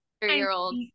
Three-year-old